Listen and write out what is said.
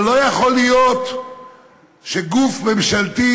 אבל לא יכול להיות שגוף ממשלתי,